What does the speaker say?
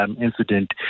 incident